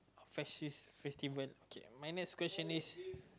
festi~ festival okay my next question is